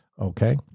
Okay